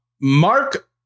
Mark